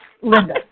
Linda